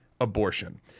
abortion